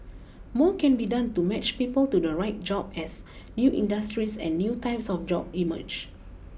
more can be done to match people to the right jobs as new industries and new types of jobs emerge